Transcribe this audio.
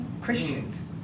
Christians